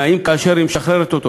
תנאים כאשר היא משחררת אותו,